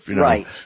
Right